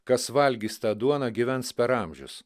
kas valgys tą duoną gyvens per amžius